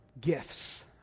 gifts